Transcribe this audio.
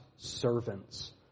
servants